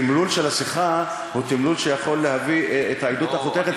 התמלול של השיחה הוא תמלול שיכול להביא את העדות החותכת.